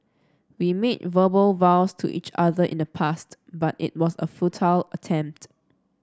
we made verbal vows to each other in the past but it was a futile attempt